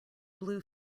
blue